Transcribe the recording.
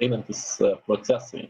einantys procesai